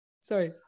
Sorry